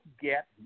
get